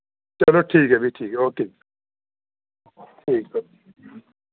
चलो ठीक ऐ भी ठीक ऐ ओके जी ठीक ऐ